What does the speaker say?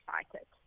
excited